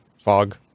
Fog